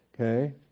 Okay